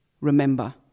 Remember